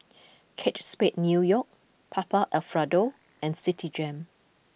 Kate Spade New York Papa Alfredo and Citigem